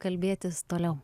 kalbėtis toliau